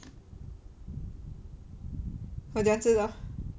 我怎样知道